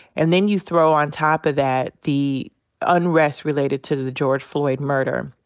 and then you throw on top of that the unrest related to the george floyd murder.